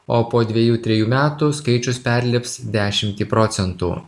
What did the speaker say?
o po dvejų trejų metų skaičius perlips dešimtį procentų